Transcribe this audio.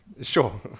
Sure